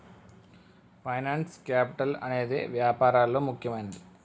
finance capital అనేదే వ్యాపారాల్లో ముఖ్యమైనది